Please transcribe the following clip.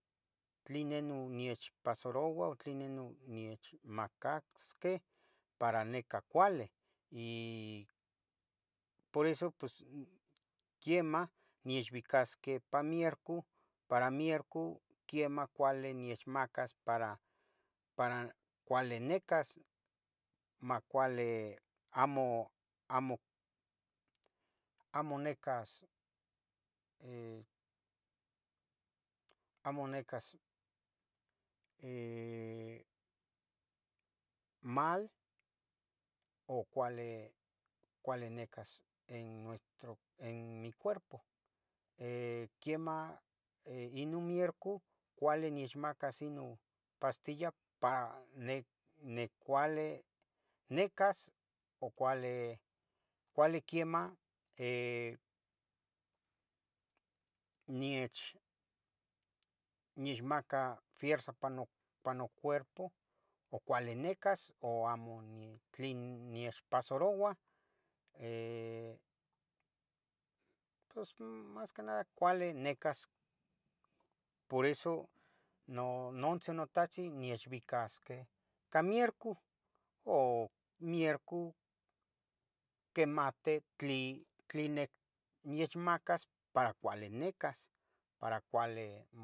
Tle neh no niechpasaroua tli no nechmacacsqueh para nicah cuali, y por eso pos quiemah nechbicasque pa miercu, para miercu quiemah cuali nechmacas para, para cuali nicas, macuali amo, amo, amo nicas, amo nicas, mal, o cuali, cuali nicas, en nuestro, en mi cuerpo, quiemah, ino miercu, cuali nechmacas ino pastilla para, nic, nicuali nicas o cuali, cuali quiemah, niech, niehmaca fierza pa no pa nocuerpo, oc uali nicas o amo tlien niechpasarouah, eh, pos mas que nada cuali nicas. Por eso nonontzin notahtzin niechbicasqueh cah miercu, o miercu quimati tli, tline nechmacas para cuali nicas, para cuali.